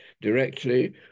directly